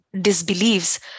disbelieves